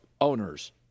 owners